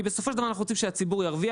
כי בסופו של דבר אנחנו רוצים שהציבור ירוויח.